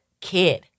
kid